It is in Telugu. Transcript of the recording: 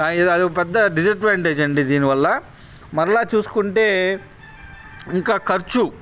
అదొక పెద్ద డిస్అడ్వాన్టేజ్ అండి దీని వల్ల మరలా చూసుకుంటే ఇంకా ఖర్చు